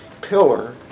pillar